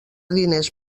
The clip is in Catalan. diners